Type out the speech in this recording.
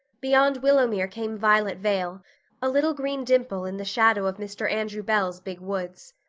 beyond willowmere came violet vale a little green dimple in the shadow of mr. andrew bell's big woods.